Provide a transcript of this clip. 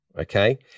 Okay